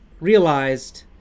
realized